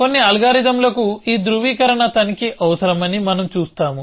కొన్ని అల్గారిథమ్లకు ఈ ధ్రువీకరణ తనిఖీ అవసరమని మనం చూస్తాము